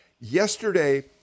Yesterday